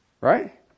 Right